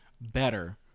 better